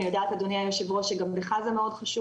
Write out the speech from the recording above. אני יודעת אדוני היו"ר שגם לך זה מאוד חשוב